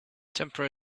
temper